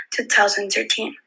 2013